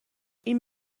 این